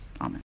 Amen